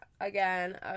Again